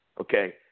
okay